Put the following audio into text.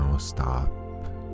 stop